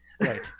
Right